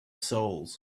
souls